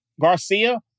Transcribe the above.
Garcia